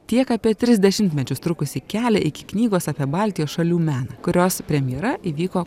tiek apie tris dešimtmečius trukusį kelią iki knygos apie baltijos šalių meną kurios premjera įvyko